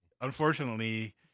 unfortunately